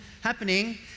happening